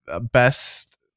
best